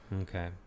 Okay